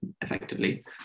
effectively